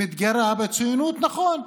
שמתגרה בציונות, נכון.